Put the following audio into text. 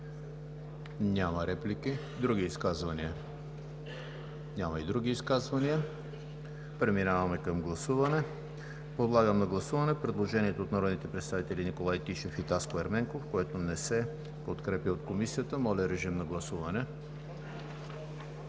Няма реплики. Други изказвания? Няма. Преминаваме към гласуване. Подлагам на гласуване предложението от народните представители Николай Тишев и Таско Ерменков, което не се подкрепя от Комисията. Гласували